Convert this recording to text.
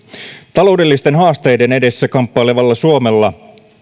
taloudellisten haasteiden edessä kamppailevalla suomella